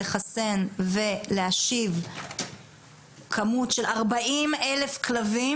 לחסן ולהשיב כמות של 40,000 כלבים,